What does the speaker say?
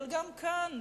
אבל גם כאן,